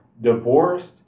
divorced